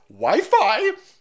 Wi-Fi